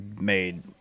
made